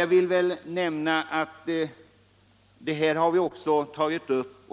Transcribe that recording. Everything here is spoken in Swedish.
Även denna fråga har